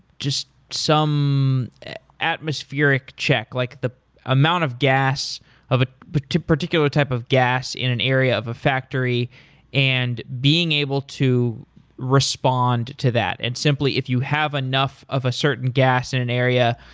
just some atmospheric check, like the amount of gas of ah but a particular type of gas in an area of a factory and being able to respond to that. and simply, if you have enough of a certain gas in an area,